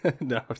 no